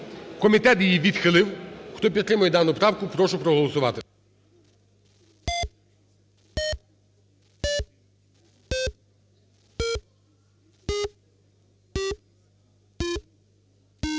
Комітет її відхилив. Хто підтримує дану правку, прошу проголосувати.